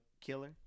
killer